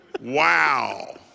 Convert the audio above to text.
Wow